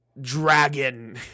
dragon